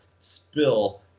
spill